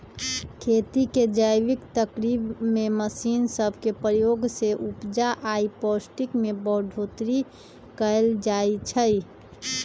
खेती के जैविक तरकिब में मशीन सब के प्रयोग से उपजा आऽ पौष्टिक में बढ़ोतरी कएल जाइ छइ